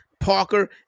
Parker